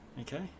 Okay